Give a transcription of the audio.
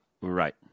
Right